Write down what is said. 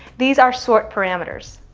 these are sort parameters.